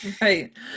right